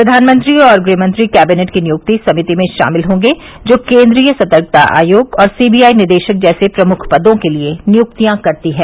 प्रधानमंत्री और गृहमंत्री कैबिनेट की नियुक्ति समिति में शामिल होंगे जो केन्द्रीय सतर्कता आयोग और सीबीआई निदेशक जैसे प्रमुख पदों के लिए नियुक्तियां करती हैं